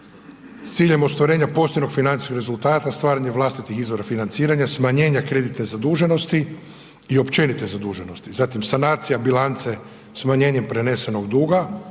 s ciljem ostvarenja posebnog financijskog rezultata, stvaranje vlastitih izvora financiranja, smanjenja kreditne zaduženosti i općenite zaduženosti. Zatim sanacija bilance smanjenjem prenesenog duga